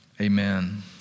amen